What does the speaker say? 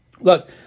Look